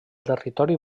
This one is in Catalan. territori